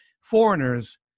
foreigners